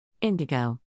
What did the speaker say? Indigo